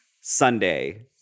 Sunday